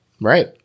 Right